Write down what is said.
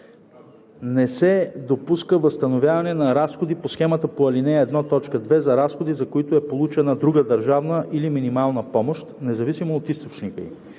Не се допуска възстановяване на разходи по схемата по ал. 1, т. 2 за разходи, за които е получена друга държавна или минимална помощ, независимо от източника ѝ.